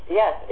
yes